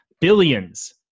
billions